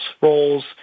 roles